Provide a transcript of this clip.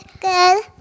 good